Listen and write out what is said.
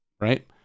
right